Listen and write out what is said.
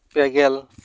ᱯᱮᱜᱮᱞ